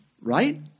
right